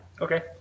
Okay